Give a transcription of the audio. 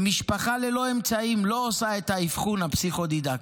אבל משפחה ללא אמצעים לא עושה את האבחון הפסיכו-דידקטי,